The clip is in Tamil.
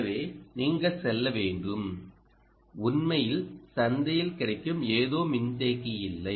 எனவே நீங்கள் செல்ல வேண்டும் உண்மையில் சந்தையில் கிடைக்கும் ஏதோ மின்தேக்கி இல்லை